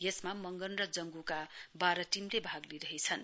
यसमा मंगन र जंग्का बाह्र टीमले भाग लिइरहेछन्